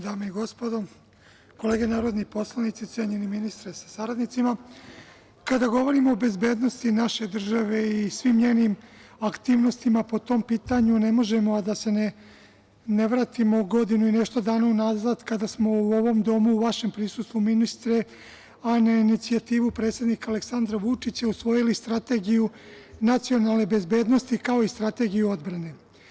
Drugarice i drugovi, dame i gospodo, kolege narodni poslanici, cenjeni ministre sa saradnicima, kada govorimo o bezbednosti naše države i svim njenim aktivnostima po tom pitanju, ne možemo a da se ne vratimo godinu i nešto dana u nazad kada smo u ovom domu u vašem prisustvu, ministre, a na inicijativu predsednika Aleksandra Vučića, usvojili Strategiju nacionalne bezbednosti, kao i Strategiju odbrane.